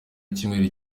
icyumweru